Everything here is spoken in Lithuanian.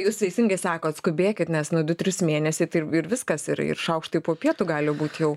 jūs teisingai sakot skubėkit nes nu du trys mėnesiai tai ir viskas ir ir šaukštai po pietų gali būt jau